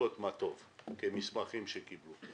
לשלוף את המסמכים שקיבלו.